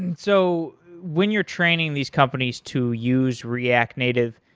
and so when you're training these companies to use react native,